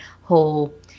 whole